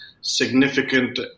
significant